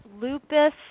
lupus